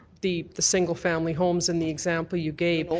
the the single family homes in the example you gave.